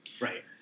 right